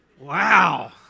Wow